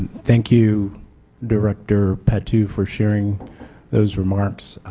thank you director patu for sharing those remarks.